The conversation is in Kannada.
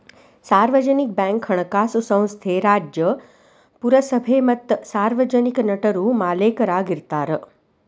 ಸಾರ್ವಜನಿಕ ಬ್ಯಾಂಕ್ ಹಣಕಾಸು ಸಂಸ್ಥೆ ರಾಜ್ಯ, ಪುರಸಭೆ ಮತ್ತ ಸಾರ್ವಜನಿಕ ನಟರು ಮಾಲೇಕರಾಗಿರ್ತಾರ